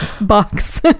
box